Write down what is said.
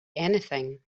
anything